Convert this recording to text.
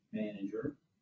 manager